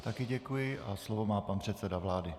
Také děkuji a slovo má pan předseda vlády.